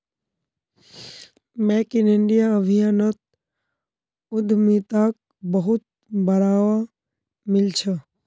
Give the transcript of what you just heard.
make in India अभियानोत उद्यमिताक बहुत बढ़ावा मिल छ